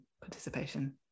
participation